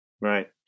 Right